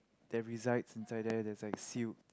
that resides inside there that's like sealed